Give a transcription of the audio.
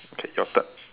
okay your turn